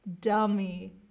dummy